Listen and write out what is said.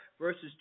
verses